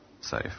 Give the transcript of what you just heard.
safe